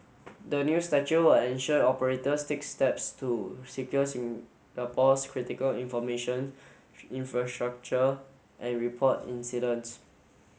the new statute will ensure operators take steps to secure Singapore's critical information infrastructure and report incidents